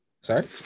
sorry